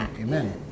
Amen